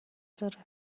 داره